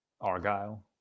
Argyle